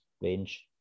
range